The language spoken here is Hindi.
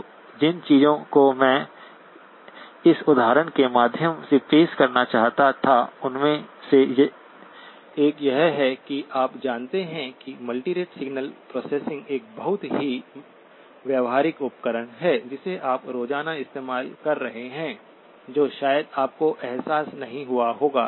तो जिन चीजों को मैं इस उदाहरण के माध्यम से पेश करना चाहता था उनमें से एक यह है कि आप जानते हैं कि मल्टीरेट सिग्नल प्रोसेसिंग एक बहुत ही व्यावहारिक उपकरण है जिसे आप रोज़ाना इस्तेमाल कर रहे हैं जो शायद आपको एहसास नहीं हुआ होगा